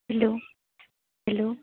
hello hello